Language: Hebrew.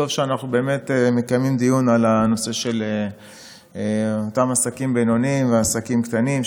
טוב שאנחנו מקיימים דיון על הנושא של אותם עסקים בינוניים ועסקים קטנים,